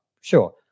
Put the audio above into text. Sure